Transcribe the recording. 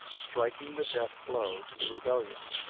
striking the death-blow to the rebellion.